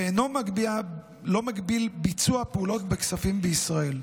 ואינו מגביל ביצוע פעולות בכספים בישראל.